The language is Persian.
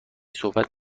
صحبت